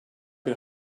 bir